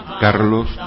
Carlos